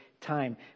time